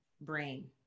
brain